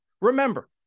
Remember